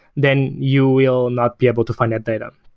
then you will not be able to find that data.